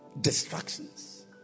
distractions